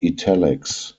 italics